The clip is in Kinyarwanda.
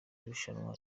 rushanwa